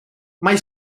mae